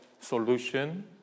solution